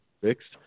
fixed